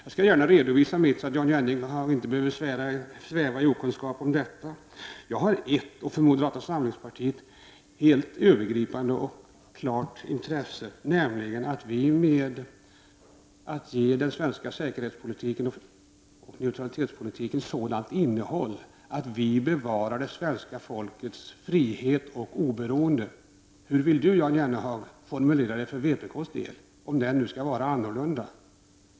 Jag skall gärna redovisa mitt intresse, så att Jan Jennehag inte behöver sväva i okunskap om detta. Jag har ett och för moderata samlingspartiet helt övergripande och klart intresse, nämligen att ge den svenska säkerhetspolitiken och neutralitetspolitiken ett sådant innehåll att vi bevarar det svenska folkets frihet och oberoende. Hur vill Jan Jennehag formulera det för vpk:s del, om det nu skall vara annorlunda?